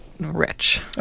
rich